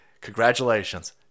Congratulations